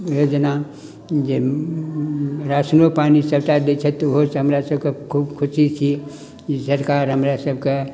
जेना जे राशनो पानि सरकार दै छथि ओहो सब हमरा सब खूब खुशी छी जे सरकार हमरा सबके